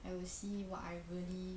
I will see what I really